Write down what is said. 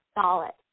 solid